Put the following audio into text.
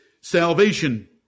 salvation